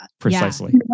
Precisely